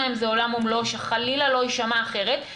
אתם